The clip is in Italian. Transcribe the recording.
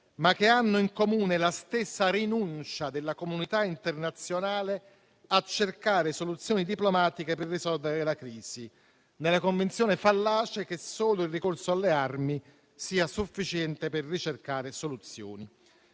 ma che hanno in comune la stessa rinuncia della comunità internazionale a cercare soluzioni diplomatiche per risolvere la crisi, nella convinzione fallace che solo il ricorso alle armi sia sufficiente per ricercare soluzioni.